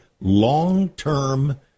long-term